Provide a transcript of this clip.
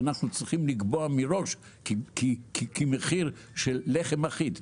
שאנחנו צריכים לקבוע מראש כמו מחיר של לחם אחיד,